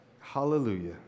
Hallelujah